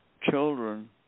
children